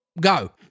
Go